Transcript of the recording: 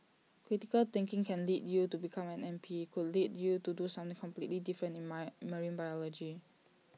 critical thinking can lead you to become an M P could lead you to do something completely different in my marine biology